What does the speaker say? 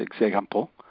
example